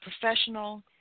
professional